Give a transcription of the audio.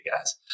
guys